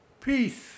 peace